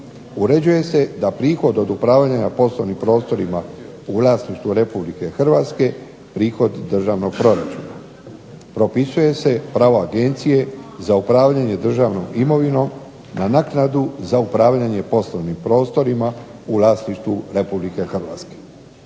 Uređuje se da prihod od upravljanja poslovnim prostorima u vlasništvu Republike Hrvatske prihod državnog proračuna. Propisuje se pravo agencije za upravljanje državnom imovinom na naknadu za upravljanje poslovnim prostorima u vlasništvu Republike Hrvatske.